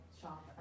shop